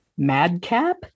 madcap